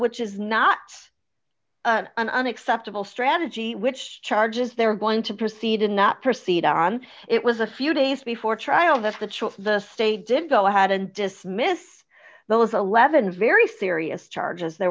which is knots an unacceptable strategy which charges they're going to proceed and not proceed on it was a few days before trial that the choice the state did go ahead and dismiss those eleven very serious charges there